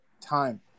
time